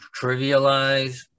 trivialize